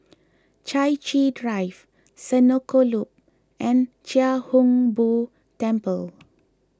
Chai Chee Drive Senoko Loop and Chia Hung Boo Temple